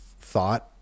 thought